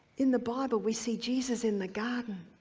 in the bible we see jesus in the garden.